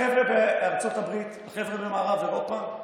החבר'ה בארצות הברית, החבר'ה במערב אירופה,